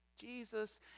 Jesus